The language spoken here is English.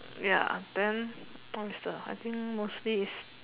ya then what is the I think mostly is